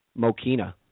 Mokina